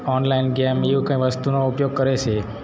online game એવું કંઈ વસ્તુનો ઉપયોગ કરે છે